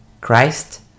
Christ